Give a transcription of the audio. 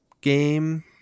game